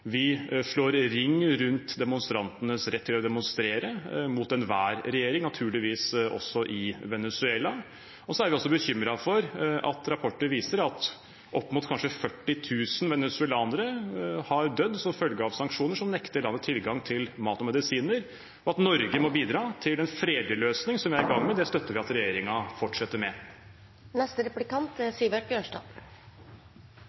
Vi slår ring rundt demonstrantenes rett til å demonstrere mot enhver regjering, naturligvis også i Venezuela. Vi er også bekymret over at rapporter viser at kanskje opp mot 40 000 venezuelanere har dødd som følge av sanksjoner som nekter landet tilgang til mat og medisiner. Vi mener også at Norge må bidra til en fredelig løsning, som vi er i gang med, og som vi støtter at regjeringen fortsetter